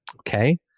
Okay